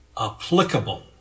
applicable